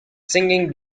singing